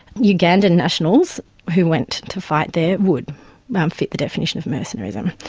ugandan nationals who went to fight there would um fit the definition of mercenarism.